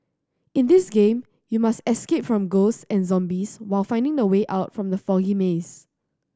in this game you must escape from ghosts and zombies while finding the way out from the foggy maze